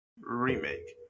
remake